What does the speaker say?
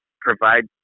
provide